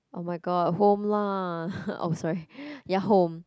oh-my-god home lah oh sorry ya home